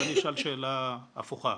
ואני אשאל שאלה הפוכה.